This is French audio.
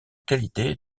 qualité